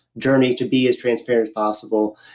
journey to be as transparent as possible,